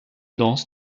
danse